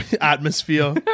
atmosphere